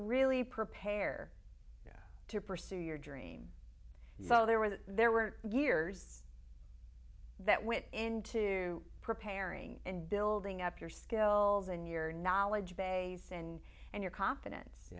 really prepare to pursue your dream so there were there were years that went into preparing and building up your skills and your knowledge base and and your confidence you